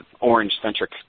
orange-centric